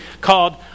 called